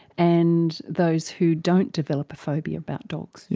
and those who don't develop a phobia about dogs? yeah